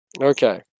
Okay